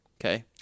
okay